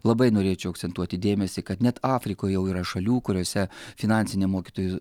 labai norėčiau akcentuoti dėmesį kad net afrikoj jau yra šalių kuriose finansinė mokytojų